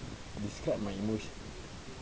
ah describe my emoti~